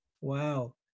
wow